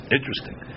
Interesting